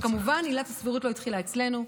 כמובן עילת הסבירות לא התחילה אצלנו,